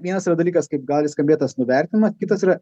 vienas yra dalykas kaip gali skambėt tas nuvertinimas kitas yra